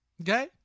Okay